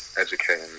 educating